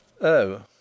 Oh